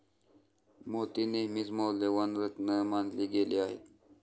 मोती नेहमीच मौल्यवान रत्न मानले गेले आहेत